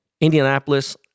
Indianapolis